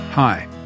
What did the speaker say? Hi